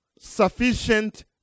sufficient